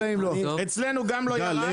אצלנו גם לא ירד.